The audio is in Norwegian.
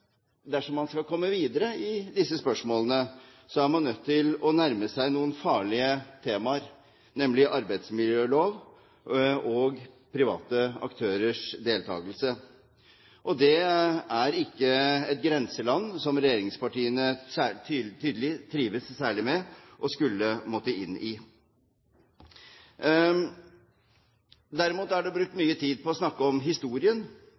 dersom man skal komme videre i disse spørsmålene, er man nødt til å nærme seg noen farlige temaer, nemlig arbeidsmiljølov og private aktørers deltagelse. Det er et grenseland som regjeringspartiene tydeligvis ikke trives særlig med å måtte inn i. Derimot er det brukt mye tid på å snakke om historien,